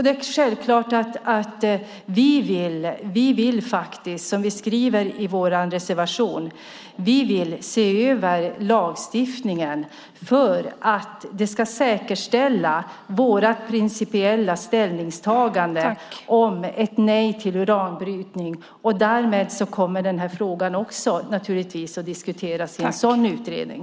Det är självklart att vi vill, som vi skriver i vår reservation, se över lagstiftningen för att säkerställa vårt principiella ställningstagande om ett nej till uranbrytning. Därmed kommer frågan naturligtvis att diskuteras i en utredning.